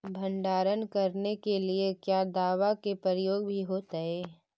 भंडारन करने के लिय क्या दाबा के प्रयोग भी होयतय?